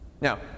Now